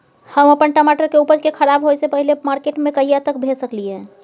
हम अपन टमाटर के उपज के खराब होय से पहिले मार्केट में कहिया तक भेज सकलिए?